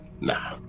Nah